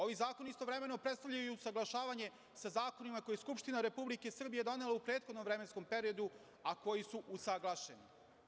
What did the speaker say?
Ovi zakoni istovremeno predstavljaju i usaglašavanje sa zakonima koje je Skupština Republike Srbije donela u prethodnom vremenskom periodu, a koji su usaglašeni.